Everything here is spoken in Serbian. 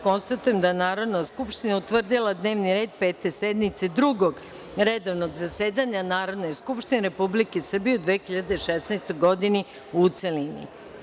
Konstatujem da Narodna skupština utvrdila dnevni red Pete sednice, Drugog redovnog zasedanja Narodne skupštine Republike Srbije u 2016. godini, u celini.